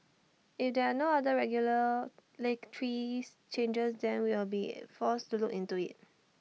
if there're no other regular let trees changes then we'll be forced to look into IT